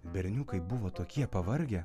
berniukai buvo tokie pavargę